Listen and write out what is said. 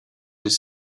his